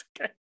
okay